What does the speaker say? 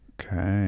Okay